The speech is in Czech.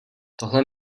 tohle